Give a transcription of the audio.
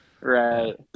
Right